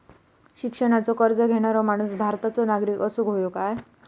शिक्षणाचो कर्ज घेणारो माणूस भारताचो नागरिक असूक हवो काय?